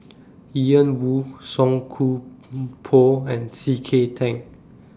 Ian Woo Song Koon Poh and C K Tang